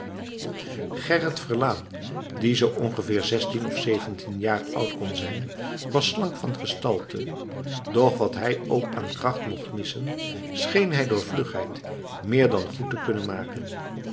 gerrit verlaen die zoo ongeveer zestien of zeventien jaar oud kon zijn was slank van gestalte doch wat hij ook aan kracht mocht missen scheen hij door vlugheid meer dan goed te kunnen maken